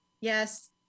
Yes